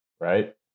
right